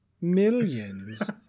millions